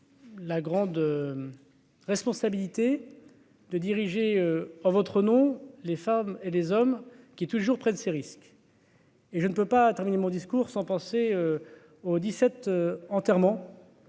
la grande responsabilité de diriger en votre nom, les femmes et les hommes qui est toujours très de ces risques. Et je ne peux pas terminé mon discours sans penser au 17 enterrement.